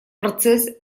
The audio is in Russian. процесс